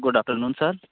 good afternoon sir